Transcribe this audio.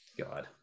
God